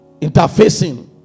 interfacing